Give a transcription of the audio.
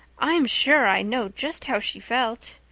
i'm sure i know just how she felt.